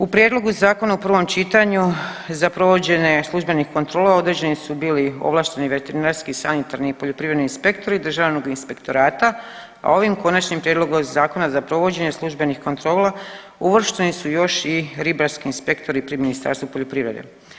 U Prijedlogu zakona u prvom čitanju za provođenje službenih kontrola, određeni su bili ovlašteni veterinarski sanitarni i poljoprivredni inspektori Državnog inspektorata, a ovim Konačnim prijedlogom zakona za provođenje službenih kontrola uvršteni su još i ribarski inspektori pri Ministarstvu poljoprivrede.